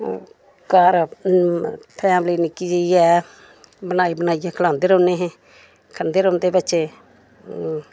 घर फैमली नि'क्की जेही ऐ बनाई बनाइयै खलांदे रौहन्ने हे खंदे रौहंदे बच्चे